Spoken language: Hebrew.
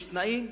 יש תנאים,